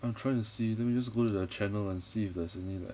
I'm trying to see let me just go to their channel and see if there's any like